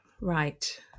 right